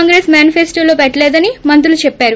కాంగ్రెస్ మేనిఫెస్లోలో పెట్లలేదని మంత్రులు చెప్పారు